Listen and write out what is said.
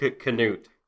Canute